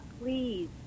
please